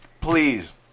please